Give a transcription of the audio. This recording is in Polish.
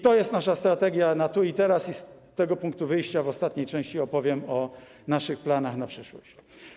To jest nasza strategia na tu i teraz i z tego punktu wyjścia w ostatniej części opowiem o naszych planach na przyszłość.